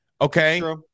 okay